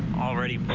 already